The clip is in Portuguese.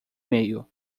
meio